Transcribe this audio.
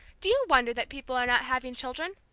do you wonder that people are not having children?